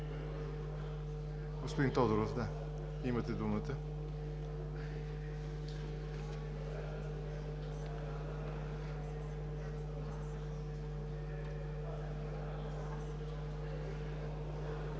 господин Тодоров, имате думата.